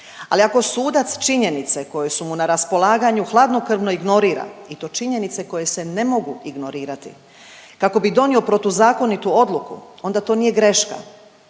Ali ako sudac činjenice koje su mu na raspolaganju hladnokrvno ignorira i to činjenice koje se ne mogu ignorirati, kako bi donio protuzakonitu odluku onda to nije greška,